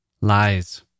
Lies